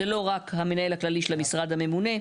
לא רק המנהל הכללי של המשרד הממונה,